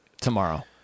tomorrow